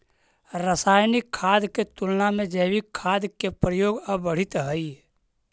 रासायनिक खाद के तुलना में जैविक खाद के प्रयोग अब बढ़ित हई